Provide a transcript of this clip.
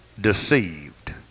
Deceived